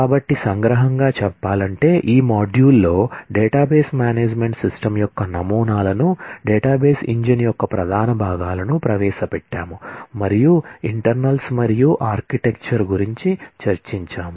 కాబట్టి సంగ్రహంగా చెప్పాలంటే ఈ మాడ్యూల్లో డేటాబేస్ మేనేజ్మెంట్ సిస్టమ్ గురించి చర్చించాము